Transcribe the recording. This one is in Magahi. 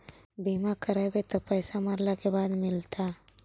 बिमा करैबैय त पैसा मरला के बाद मिलता?